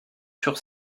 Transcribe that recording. sur